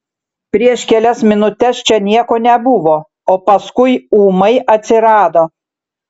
prieš kelias minutes čia nieko nebuvo o paskui ūmai atsirado